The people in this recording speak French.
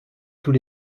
tous